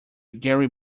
gary